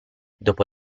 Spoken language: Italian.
dopo